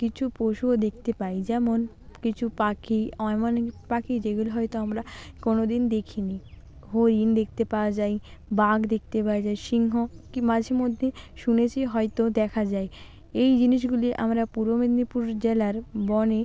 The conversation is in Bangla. কিছু পশুও দেখতে পাই যেমন কিছু পাখি এমন অনেক পাখি যেগুলো হয়তো আমরা কোনওদিন দেখিনি হরিণ দেখতে পাওয়া যায় বাঘ দেখতে পাওয়া যায় সিংহ কী মাঝেমধ্যে শুনেছি হয়তো দেখা যায় এই জিনিসগুলি আমরা পূর্ব মেদিনীপুর জেলার বনে